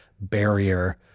barrier